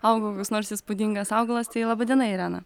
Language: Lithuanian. auga koks nors įspūdingas augalas tai laba diena irena